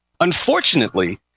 unfortunately